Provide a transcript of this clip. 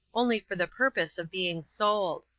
only for the purpose of being sold.